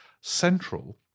central